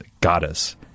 goddess